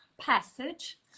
passage